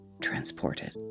transported